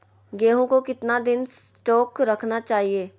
गेंहू को कितना दिन स्टोक रखना चाइए?